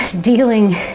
dealing